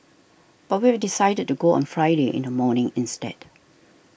but we have decided to go on Friday in the morning instead